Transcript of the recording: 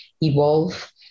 evolve